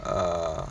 err